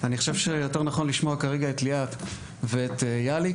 אני חושב שנכון יותר לשמוע כרגע את ליאת ואת יהלי,